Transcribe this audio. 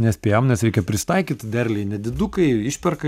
nespėjom nes reikia prisitaikyt derliai nedidukai išperka